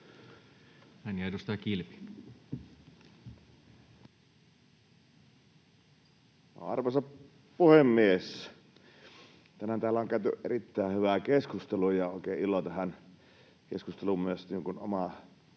Arvoisa puhemies! Tänään täällä on käyty erittäin hyvää keskustelua, ja oikein ilo on tähän keskusteluun omakin